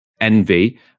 envy